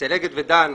אצל אגד ודן,